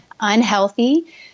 unhealthy